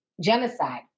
genocide